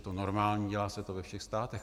Je to normální, dělá se to ve všech státech.